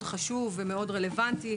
והוא מאוד חשוב ומאוד רלוונטי.